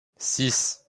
six